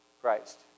Christ